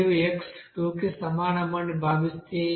మీరు x 2 కి సమానమని భావిస్తే